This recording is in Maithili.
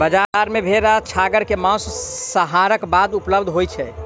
बजार मे भेड़ आ छागर के मौस, संहारक बाद उपलब्ध होय छै